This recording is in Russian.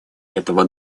этого